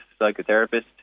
psychotherapist